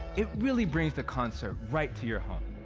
it really brings the concert right to your home.